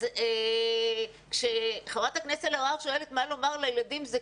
אז כשחברת הכנסת אלהרר שואלת מה לומר לילדים,